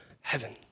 heaven